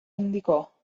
indicò